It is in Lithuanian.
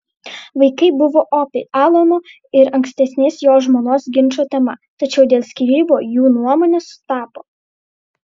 vaikai buvo opi alano ir ankstesnės jo žmonos ginčų tema tačiau dėl skyrybų jų nuomonės sutapo